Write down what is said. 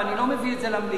ואני לא מביא את זה למליאה.